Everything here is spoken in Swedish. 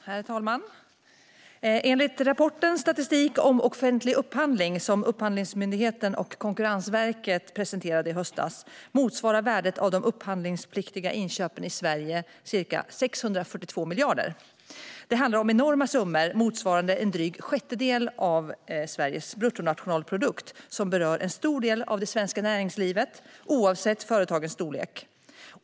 Herr talman! Enligt rapporten Statistik om offentlig upphandling , som Upphandlingsmyndigheten och Konkurrensverket presenterade i höstas, motsvarar värdet av de upphandlingspliktiga inköpen i Sverige ca 642 miljarder kronor. Det handlar om enorma summor, motsvarande en dryg sjättedel av Sveriges bruttonationalprodukt, som berör en stor del av det svenska näringslivet, oavsett företagens storlek.